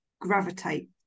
gravitate